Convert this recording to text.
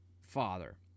Father